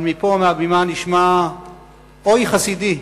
נשמע "אוי" חסידי.